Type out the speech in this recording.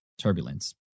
Turbulence